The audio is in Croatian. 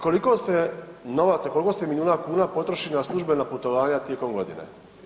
Koliko se novaca koliko se milijuna kuna potroši na službena putovanja tijekom godine?